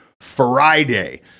Friday